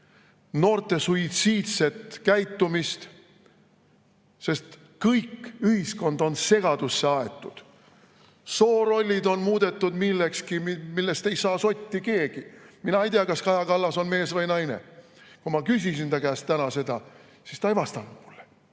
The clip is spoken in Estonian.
noorte suitsiidset käitumist. Kogu ühiskond on segadusse aetud. Soorollid on muudetud millekski, millest ei saa keegi sotti. Mina ei tea, kas Kaja Kallas on mees või naine. Kui ma ta käest täna seda küsisin, siis ta ei vastanud mulle.